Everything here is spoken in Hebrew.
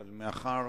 אבל מאחר